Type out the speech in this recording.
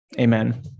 Amen